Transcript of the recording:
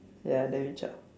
ya I didn't reach out